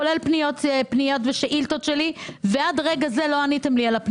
כולל פניות ושאילתות שלי שעד לרגע זה לא נענו.